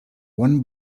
one